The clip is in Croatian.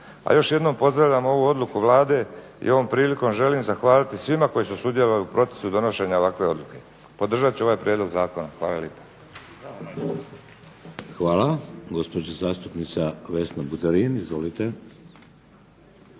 a još jednom pozdravljam ovu odluku Vlade i ovom prilikom želim zahvaliti svima koji su sudjelovali u procesu donošenja ovakve odluke. Podržat ću ovaj prijedlog zakona. Hvala lipa. **Šeks, Vladimir (HDZ)** Hvala. Gospođa zastupnica Vesna Buterin. Izvolite.